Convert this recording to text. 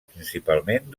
principalment